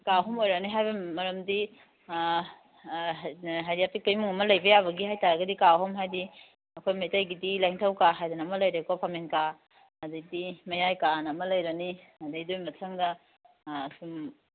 ꯀꯥ ꯑꯍꯨꯝ ꯑꯣꯏꯔꯛꯑꯅꯤ ꯍꯥꯏꯕꯒꯤ ꯃꯔꯝꯗꯤ ꯍꯥꯏꯕꯗꯤ ꯑꯄꯤꯛꯄ ꯏꯃꯨꯡ ꯑꯃ ꯂꯩꯕ ꯌꯥꯕꯒꯤ ꯍꯥꯏꯕꯇꯥꯔꯒꯗꯤ ꯀꯥ ꯑꯍꯨꯝ ꯍꯥꯏꯕꯗꯤ ꯑꯩꯈꯣꯏ ꯃꯩꯇꯩꯒꯤꯗꯤ ꯂꯥꯏꯅꯤꯡꯊꯧ ꯀꯥ ꯍꯥꯏꯗꯅ ꯑꯃ ꯂꯩꯔꯦꯀꯣ ꯐꯝꯃꯦꯟ ꯀꯥ ꯑꯗꯒꯤꯗꯤ ꯃꯌꯥꯝ ꯀꯥ ꯑꯅ ꯑꯃ ꯂꯩꯔꯅꯤ ꯑꯗꯒꯤ ꯑꯗꯨ ꯃꯊꯪꯗ ꯑꯥ ꯁꯨꯝ